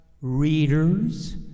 readers